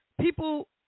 people